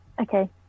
okay